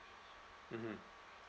mmhmm